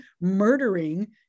murdering